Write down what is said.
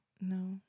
No